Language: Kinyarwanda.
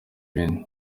ibindi